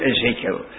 Ezekiel